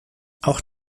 auch